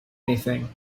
anything